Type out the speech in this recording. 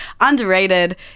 underrated